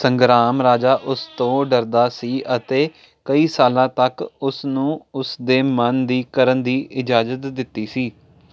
ਸੰਗ੍ਰਾਮ ਰਾਜਾ ਉਸ ਤੋਂ ਡਰਦਾ ਸੀ ਅਤੇ ਕਈ ਸਾਲਾਂ ਤੱਕ ਉਸ ਨੂੰ ਉਸ ਦੇ ਮਨ ਦੀ ਕਰਨ ਦੀ ਇਜਾਜ਼ਤ ਦਿੱਤੀ ਸੀ